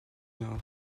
nord